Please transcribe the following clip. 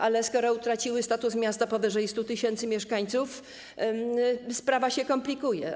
Ale skoro utraciły status miasta powyżej 100 tys. mieszkańców, sprawa się komplikuje.